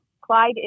Clyde